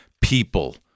people